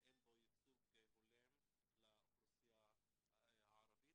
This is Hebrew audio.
אין בו ייצוג הולם לאוכלוסייה הערבית.